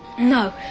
no,